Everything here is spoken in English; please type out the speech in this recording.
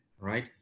right